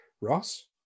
Ross